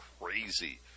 crazy